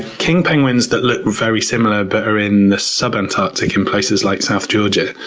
king penguins that look very similar but are in the sub antarctic, in places like south georgia,